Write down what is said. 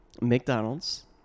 McDonald's